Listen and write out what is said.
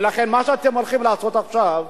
לכן מה שאתם הולכים לעשות עכשיו,